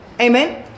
Amen